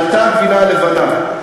עלתה הגבינה הלבנה.